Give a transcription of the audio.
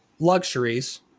Luxuries